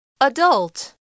Adult